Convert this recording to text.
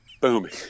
booming